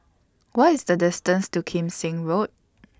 What IS The distance to Kim Seng Road